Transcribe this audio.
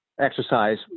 exercise